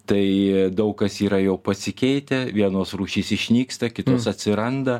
tai daug kas yra jau pasikeitę vienos rūšys išnyksta kitos atsiranda